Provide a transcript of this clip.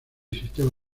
sistema